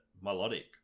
Melodic